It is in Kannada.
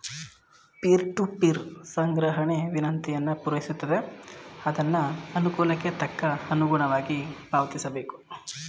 ಪೀರ್ ಟೂ ಪೀರ್ ಸಂಗ್ರಹಣೆ ವಿನಂತಿಯನ್ನು ಪೂರೈಸುತ್ತದೆ ಅದ್ನ ಅನುಕೂಲಕ್ಕೆ ತಕ್ಕ ಅನುಗುಣವಾಗಿ ಪಾವತಿಸಬೇಕು